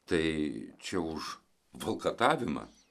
tai čia už valkatavimą